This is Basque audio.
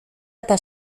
eta